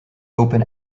open